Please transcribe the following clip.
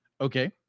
Okay